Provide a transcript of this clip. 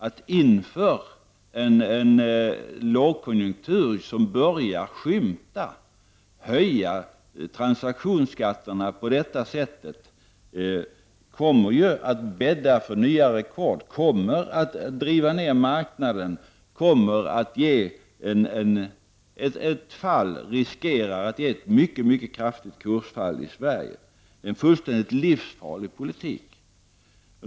Att inför en lågkonjunktur, som börjar skymta, höja transaktionsskatterna på detta sätt kommer ju att bädda för nya rekord. Det kommer att driva ner marknaden och riskerar att ge ett mycket mycket kraftigt kursfall i Sverige. Det är en fullständigt livsfarlig politik.